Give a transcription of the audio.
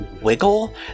wiggle